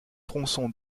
tronçons